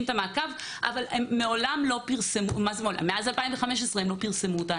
את המאבק אבל מ-2015 הם לא פרסמו אותה.